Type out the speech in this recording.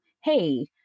hey